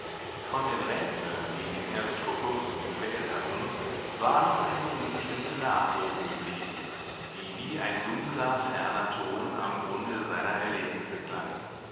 von den rätseln die ihn erst vor kurzem gequält hatten war noch eine unbestimmte nachwirkung geblieben die wie ein dunkler ferner ton am grunde seiner erlebnisse klang